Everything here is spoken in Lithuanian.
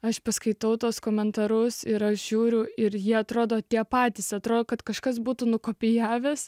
aš paskaitau tuos komentarus yra žiūriu ir jie atrodo tie patys atrodo kad kažkas būtų nukopijavęs